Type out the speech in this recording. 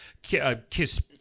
kiss